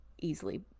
easily